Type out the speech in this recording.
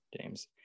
James